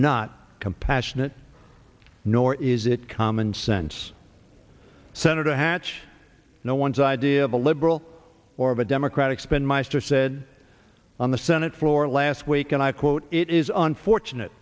not compassionate nor is it common sense senator hatch no one's idea of a liberal or of a democratic spin meisters said on the senate floor last week and i quote it is unfortunate